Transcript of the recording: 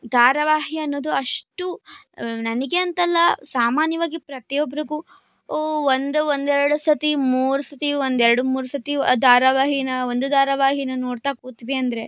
ಧಾರಾವಾಹಿ ಅನ್ನೋದು ಅಷ್ಟು ನನಗೆ ಅಂತ ಅಲ್ಲ ಸಾಮಾನ್ಯವಾಗಿ ಪ್ರತಿಯೊಬ್ಬರಿಗೂ ಒಂದು ಒಂದು ಎರಡು ಸರ್ತಿ ಮೂರು ಸರ್ತಿ ಒಂದು ಎರಡು ಮೂರು ಸರ್ತಿ ಆ ಧಾರಾವಾಹಿನ ಒಂದು ಧಾರಾವಾಹಿನ ನೋಡ್ತಾ ಕೂತ್ವಿ ಅಂದರೆ